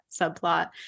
subplot